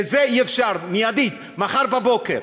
ולזה אי-אפשר, מיידית, מחר בוקר.